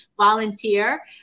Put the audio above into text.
volunteer